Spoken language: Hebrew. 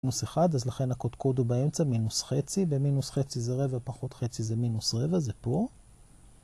מינוס אחד, אז לכן הקודקוד הוא באמצע, מינוס חצי, ומינוס חצי זה רבע, פחות חצי זה מינוס רבע, זה פה.